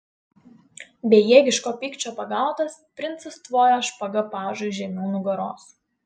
bejėgiško pykčio pagautas princas tvojo špaga pažui žemiau nugaros